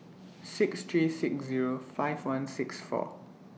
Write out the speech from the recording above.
six three six Zero five one six four